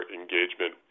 engagement